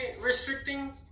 restricting